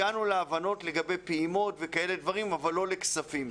הגענו להבנות לגבי פעימות וכו' אבל לא לגבי כספים.